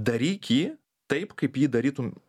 daryk jį taip kaip jį darytum